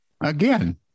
Again